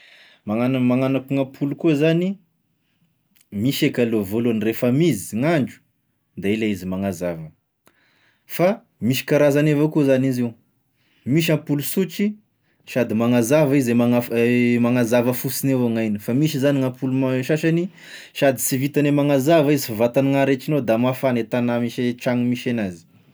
Magnan- magnano akoa gn'ampoly koa zany, misy eka aloha voalohany refa mizy gn'andro de ilay izy magnazava, fa misy karazany evao koa zany izy io, misy ampoly sotry sady manazava izy e manaf- manazava fosiny avao gn'ainy, fa misy zany gn'ampoly m- sasany sady sy vitagne magnazava izy fa vantany arehitrignao da mafagna i tagna misy- tragno misy enazy.